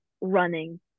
running